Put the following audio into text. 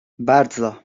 bardzo